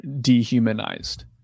dehumanized